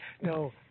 No